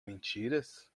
mentiras